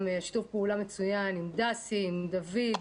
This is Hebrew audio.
יש לנו שיתוף פעולה מצוין עם דסי, דוד,